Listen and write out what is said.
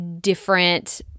different